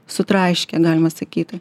sutraiškė galima sakyti